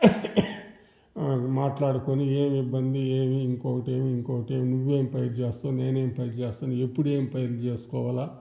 మాట్లాడుకొని ఏమి ఇబ్బంది ఏమి ఇంకొకటేమి ఇంకొకటేమి నువ్వేం పైరు చేస్తావు నేనేం పైరు చేస్తాను ఎప్పుడు ఏం పైర్లు చేసుకోవాలి